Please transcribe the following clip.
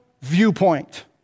viewpoint